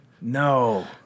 No